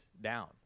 down